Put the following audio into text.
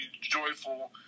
joyful